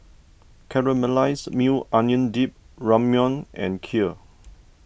Caramelized Maui Onion Dip Ramyeon and Kheer